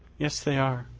yes they are,